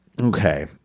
Okay